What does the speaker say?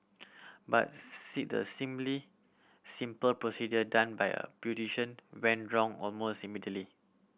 but see the seemly simple procedure done by a beautician went wrong almost immediately